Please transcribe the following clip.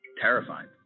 terrified